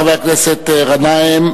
חבר הכנסת גנאים,